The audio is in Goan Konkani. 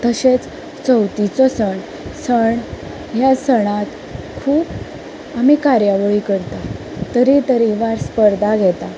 तशेंच चवथीचो सण सण ह्या सणांत खूब आमी कार्यावळी करता तरे तरेकवार स्पर्धा घेता